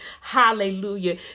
hallelujah